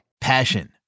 passion